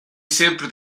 sempre